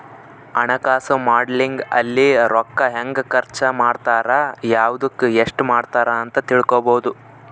ಹಣಕಾಸು ಮಾಡೆಲಿಂಗ್ ಅಲ್ಲಿ ರೂಕ್ಕ ಹೆಂಗ ಖರ್ಚ ಮಾಡ್ತಾರ ಯವ್ದುಕ್ ಎಸ್ಟ ಮಾಡ್ತಾರ ಅಂತ ತಿಳ್ಕೊಬೊದು